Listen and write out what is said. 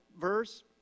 verse